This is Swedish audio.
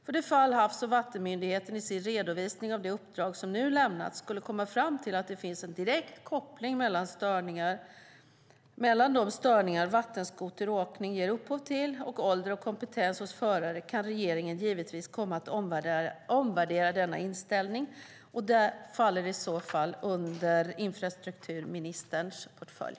För det fall Havs och vattenmyndigheten i sin redovisning av det uppdrag som nu har lämnats skulle komma fram till att det finns en direkt koppling mellan de störningar som vattenskoteråkning ger upphov till och ålder och kompetens hos föraren kan regeringen givetvis komma att omvärdera denna inställning. Detta faller i så fall under infrastrukturministerns portfölj.